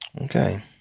Okay